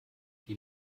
die